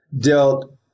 dealt